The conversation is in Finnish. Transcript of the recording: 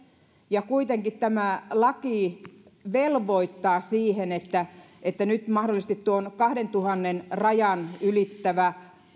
ja kuitenkin tämä laki velvoittaa siihen että että nyt mahdollisesti tuon kahdentuhannen rajan ylittävä